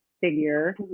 figure